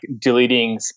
deleting